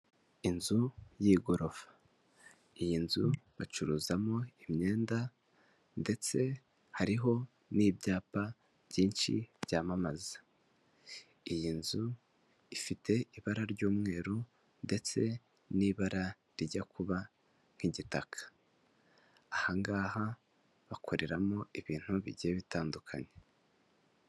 Inzu y'igorofa, iyi nzu bacuruzamo imyenda ndetse hariho n'ibyapa byinshi byamamaza. Iyi nzu ifite ibara ry'umweru ndetse n'ibara rijya kuba nk'igitaka, aha ngaha bakoreramo ibintu bigiye bitandukanye.